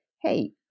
Hey